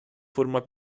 forma